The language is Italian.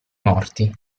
morti